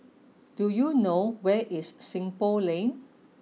do you know where is Seng Poh Lane